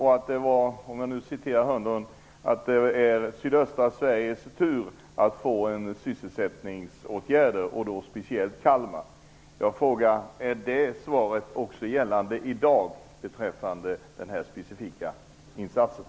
Han sade att det är sydöstra Sveriges tur att få sysselsättningsåtgärder, och då speciellt Kalmar. Gäller det svaret också i dag beträffande den här specifika insatsen?